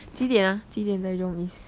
几点啊几点在 jurong east